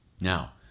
Now